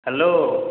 hello